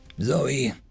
Zoe